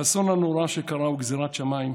האסון הנורא שקרה הוא גזרת שמיים,